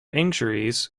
injuries